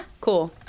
Cool